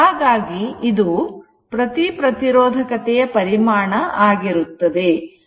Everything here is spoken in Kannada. ಹಾಗಾಗಿ ಇದು ಪ್ರತಿ ಪ್ರತಿರೋಧಕತೆಯ ಪರಿಮಾಣ ಆಗಿರುತ್ತದೆ